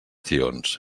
tions